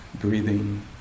breathing